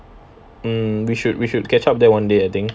mm we should we should catch up there one day I think